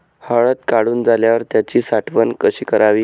हळद काढून झाल्यावर त्याची साठवण कशी करावी?